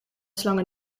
slangen